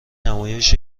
نمایش